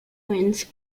wins